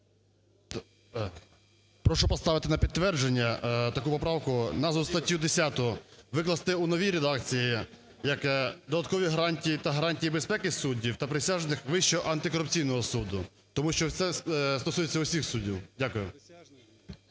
Прошу поставити на підтвердження таку поправку, назву статті 10 викласти у новій редакції, як додаткові гарантії та гарантії безпеки суддів та присяжних Вищого антикорупційного суду, тому що це стосується усіх суддів. Дякую.